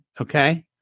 Okay